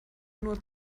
nur